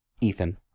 Ethan